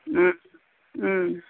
उम उम